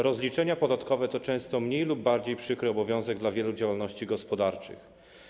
Rozliczenia podatkowe to często mniej lub bardziej przykry obowiązek w przypadku wielu działalności gospodarczych.